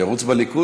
אני ארוץ בליכוד.